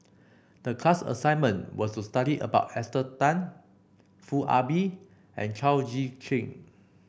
the class assignment was to study about Esther Tan Foo Ah Bee and Chao Tzee Cheng